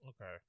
Okay